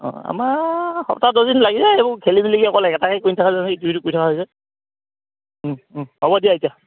অঁ আমাৰ সপ্তাহ দছদিন লাগি যায় এইবোৰ খেলি মেলিকৈ অকল একেটাকে কৰি নথকা যায় ইটো সিটো কৰি থকা হৈছে হ'ব দিয়া এতিয়া